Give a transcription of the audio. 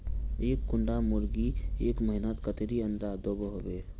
एक कुंडा मुर्गी एक महीनात कतेरी अंडा दो होबे?